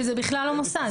שזה בכלל לא מוסד.